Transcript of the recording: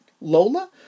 Lola